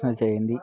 Jayanthi